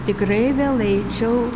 tikrai vėl eičiau